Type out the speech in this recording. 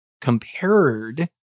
compared